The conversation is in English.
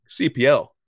CPL